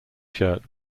shirt